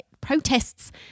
protests